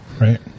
right